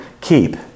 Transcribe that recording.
Keep